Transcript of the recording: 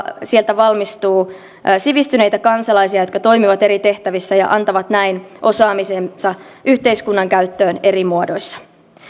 sieltä valmistuu sivistyneitä kansalaisia jotka toimivat eri tehtävissä ja antavat näin osaamisensa yhteiskunnan käyttöön eri muodoissa